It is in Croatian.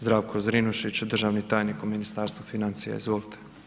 Zdravko Zrinušić, državni tajnik u Ministarstvu financija, izvolite.